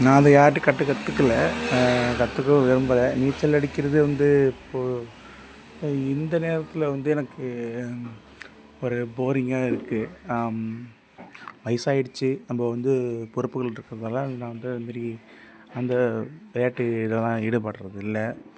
நான் அதை யார்கிட்டையும் கற்று கற்றுக்கல கற்றுக்கவும் விரும்பலை நீச்சல் அடிக்கிறது வந்து இப்போது அது இந்த நேரத்தில் வந்து எனக்கு ஒரு போரிங்காக இருக்குது வயதாயிடுச்சு நம்ம வந்து பொறுப்புகள் இருக்கிறதால நான் வந்து இந்த மாதிரி அந்த விளையாட்டு இதுலெல்லாம் ஈடுபடுறதில்ல